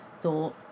thought